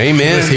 Amen